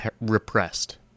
repressed